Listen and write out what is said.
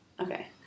Okay